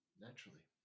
naturally